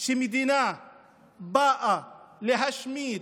שמדינה באה להשמיד